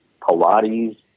Pilates